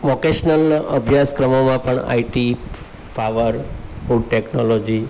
vocational અભ્યાસક્રમોમાં પણ IT power good technology